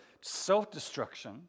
self-destruction